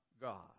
God